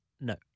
No